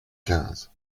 quinze